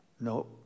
No